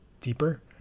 deeper